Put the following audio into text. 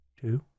two